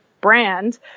brand